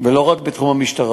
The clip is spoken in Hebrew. ולא רק בתחום המשטרה,